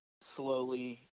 slowly